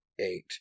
eight